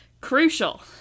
Crucial